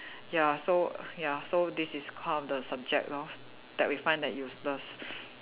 ya so err ya so this is one of the subject lor that we find that useless